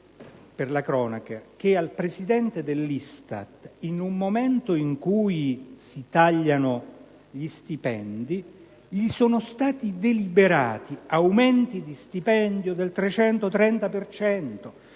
per la cronaca, che al Presidente dell'ISTAT, in un momento in cui si tagliano gli stipendi, sono stati deliberati aumenti di stipendio del 330